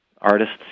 Artists